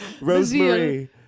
Rosemary